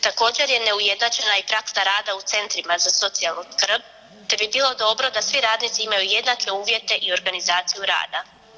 Također je neujednačena i praksa rada u centrima za socijalnu skrb te bi bilo dobro da svi radnici imaju jednake uvjete i organizaciju rada.